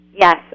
yes